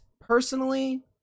personally